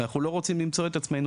אנחנו לא רוצים למצוא את עצמנו,